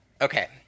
Okay